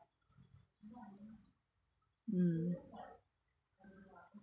mm